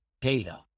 data